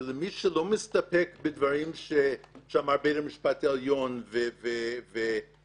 ולמי שלא מסתפק בדברים שאמר בית המשפט העליון ורשימה